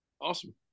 Awesome